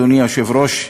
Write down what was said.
אדוני היושב-ראש,